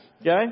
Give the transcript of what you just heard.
Okay